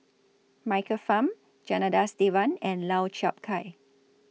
Michael Fam Janadas Devan and Lau Chiap Khai